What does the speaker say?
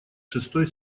шестой